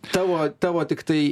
tavo tavo tiktai